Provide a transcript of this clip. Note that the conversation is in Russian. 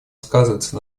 сказывается